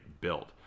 built